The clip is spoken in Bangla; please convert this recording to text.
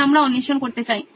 তাই আমরা অন্বেষণ করতে চাই